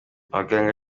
abaganga